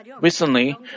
Recently